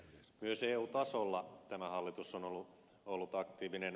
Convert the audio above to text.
myös eu tasolla tämä hallitus on ollut aktiivinen